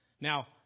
Now